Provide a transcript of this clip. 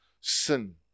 Sin